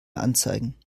anzeigen